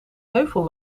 heuvel